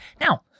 Now